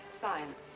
science